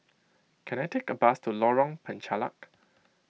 can I take a bus to Lorong Penchalak